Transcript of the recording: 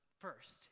first